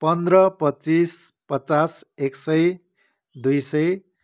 पन्ध्र पच्चिस पचास एक सय दुई सय